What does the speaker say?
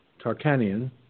Tarkanian